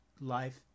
life